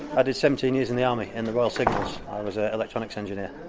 i did seventeen years in the army, in the royal signals, i was an electronics engineer,